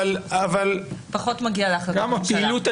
פחות מגיע להחלטות ממשלה.